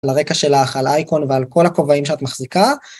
לרקע שלך, על אייקון ועל כל הכובעים שאת מחזיקה.